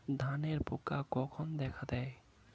ধানের পোকা কখন দেখা দেয়?